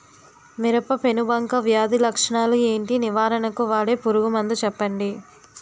మిరప పెనుబంక వ్యాధి లక్షణాలు ఏంటి? నివారణకు వాడే పురుగు మందు చెప్పండీ?